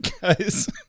guys